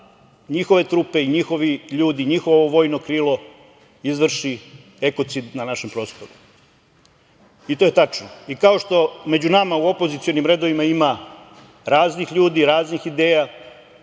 da njihove trupe i njihovi ljudi, njihovo vojno krilo izvrši ekocid na našem prostoru.I to je tačno, i kao što među nama među opozicionim redovima ima raznih ljudi, raznih ideja,